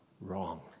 wrong